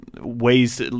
ways